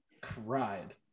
cried